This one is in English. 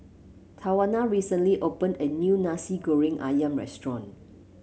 Tawana recently opened a new Nasi Goreng ayam restaurant